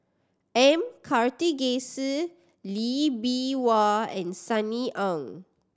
M Karthigesu Lee Bee Wah and Sunny Ang